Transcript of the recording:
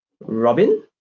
Robin